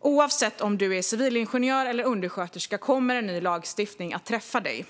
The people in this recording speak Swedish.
Oavsett om du är civilingenjör eller undersköterska kommer en ny lagstiftning att träffa dig.